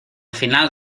final